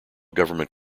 government